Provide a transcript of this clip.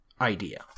idea